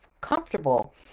comfortable